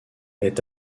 est